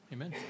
Amen